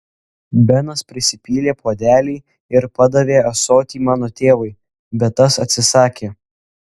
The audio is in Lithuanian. benas prisipylė puodelį ir padavė ąsotį mano tėvui bet tas atsisakė